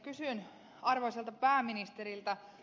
kysyn arvoisalta pääministeriltä